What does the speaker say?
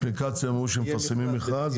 אפליקציה הם אמרו שהם מפרסמים מכרז,